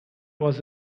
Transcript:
was